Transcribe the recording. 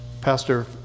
Pastor